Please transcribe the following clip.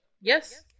Yes